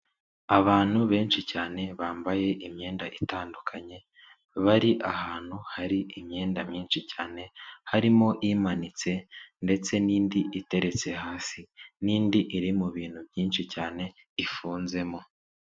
Abantu benshi cyane bambaye imyenda itandukanye, bari ahantu hari imyenda myinshi cyane, harimo imanitse ndetse n'indi iteretse hasi, n'indi iri mu bintu byinshi cyane ifunzemo.